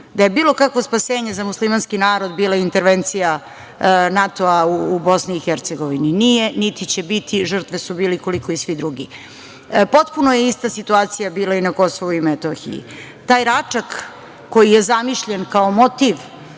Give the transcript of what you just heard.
da je bilo kakvo spasenje za muslimanski narod bila intervencija NATO-a u Bosni i Hercegovini. Nije, niti će biti, žrtve su bili koliko i svi drugi. Potpuno je ista situacija bila i na Kosovu i Metohiji. Taj Račak koji je zamišljen kao motiv